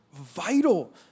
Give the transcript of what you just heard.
vital